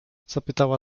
zapytała